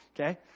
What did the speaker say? okay